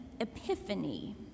epiphany